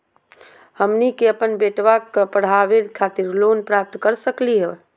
हमनी के अपन बेटवा क पढावे खातिर लोन प्राप्त कर सकली का हो?